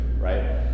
right